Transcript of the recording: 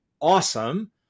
awesome